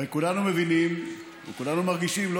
הרי כולנו מבינים וכולנו מרגישים לא